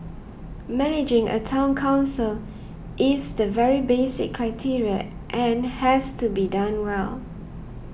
managing a Town Council is the very basic criteria and has to be done well